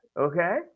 Okay